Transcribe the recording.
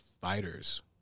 Fighters